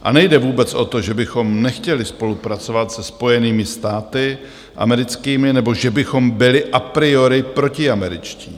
A nejde vůbec o to, že bychom nechtěli spolupracovat se Spojenými státy americkými nebo že bychom byli a priori protiameričtí.